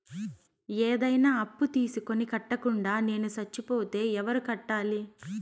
ఏదైనా అప్పు తీసుకొని కట్టకుండా నేను సచ్చిపోతే ఎవరు కట్టాలి?